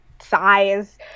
size